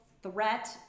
Threat